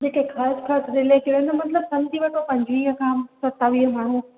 जेके ख़ासि ख़ासि रिलेटिव आहिनि न मतिलबु सम्झी वठो पंजवीह खां सतावीह माण्हू